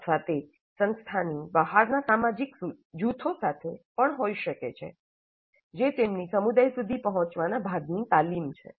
અથવા તે સંસ્થાની બહારના સામાજિક જૂથો સાથે પણ હોઈ શકે છે જે તેમની સમુદાય સુધી પહોંચવાના ભાગની તાલીમ છે